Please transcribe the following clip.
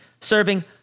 serving